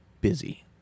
busy